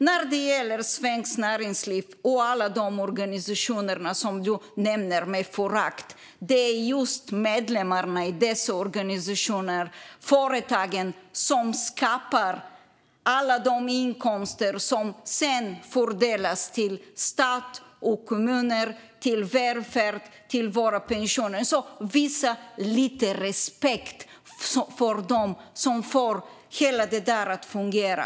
När det gäller Svenskt Näringsliv och alla organisationer som Tony Haddou nämnde med förakt är det just medlemmarna i dessa organisationer och företag som skapar alla de inkomster som sedan fördelas till stat och kommuner, till välfärden och till våra pensioner. Visa lite respekt för dem som får allt detta att fungera!